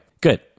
Good